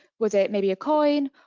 was it maybe a coin?